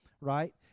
right